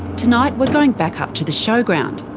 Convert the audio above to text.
tonight we're going back up to the showground.